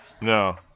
No